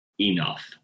Enough